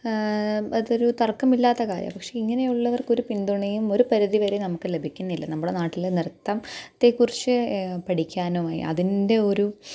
അതൊരു തര്ക്കമില്ലാത്ത കാര്യമാണ് പക്ഷേ ഇങ്ങനെ ഉള്ളവര്ക്കൊരു പിന്തുണയും ഒരു പരിധി വരെ നമുക്ക് ലഭിക്കുന്നില്ല നമ്മുടെ നാട്ടിൽ നൃത്തം ത്തെ കുറിച്ച് പഠിക്കാനുമായി അതിന്റെ ഒരു